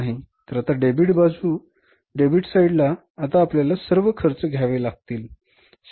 तर आता डेबिट बाजू डेबिट साइड ला आता आपल्याला सर्व खर्च घ्यावे लागतील